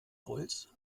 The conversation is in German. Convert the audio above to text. holz